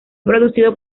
producido